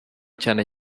cyane